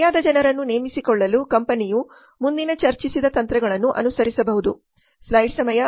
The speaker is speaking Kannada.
ಸರಿಯಾದ ಜನರನ್ನು ನೇಮಿಸಿಕೊಳ್ಳಲು ಕಂಪನಿಯು ಮುಂದಿನ ಚರ್ಚಿಸಿದ ತಂತ್ರಗಳನ್ನು ಅನುಸರಿಸಬಹುದು